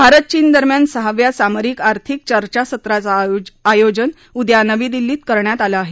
भारत चीन दरम्यान सहाव्या सामरिक आर्थिक चर्चासत्राचं आयोजन उद्या नवी दिल्लीत करण्यात आलं आहे